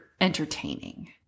entertaining